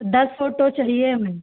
दस फ़ोटो चाहिए हमें